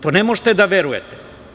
To ne možete da verujete.